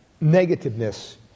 negativeness